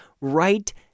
right